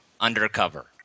undercover